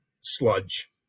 sludge